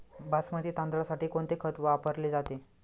बासमती तांदळासाठी कोणते खत वापरले जाते?